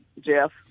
Jeff